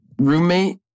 roommate